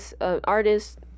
artist